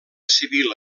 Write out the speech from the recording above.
civil